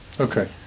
Okay